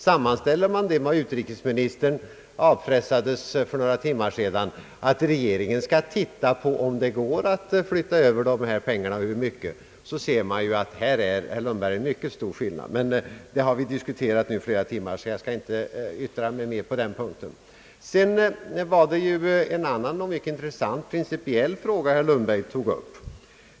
Sammanställer man det med vad utrikesministern avpressades för några timmar sedan, nämligen att regeringen skall se på om det går att flytta över pengar och i så fall hur mycket, så ser man att här finns, herr Lundberg, en mycket stor skillnad. Emellertid har vi diskuterat detta flera timmar, så jag skall inte yttra mig mer på den punkten. Herr Lundberg tog också upp en annan och mycket intressant principiell fråga.